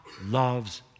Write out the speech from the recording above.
loves